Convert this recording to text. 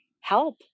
help